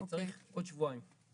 אני צריך עוד שבועיים.